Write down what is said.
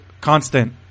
Constant